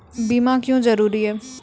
बीमा क्यों जरूरी हैं?